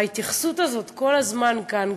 ההתייחסות אליה כל הזמן כאן,